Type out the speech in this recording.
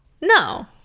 No